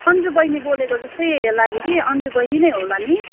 अन्जु बहिनी बोलेको जस्तो लाग्यो कि अन्जु बहिनी नै होला नि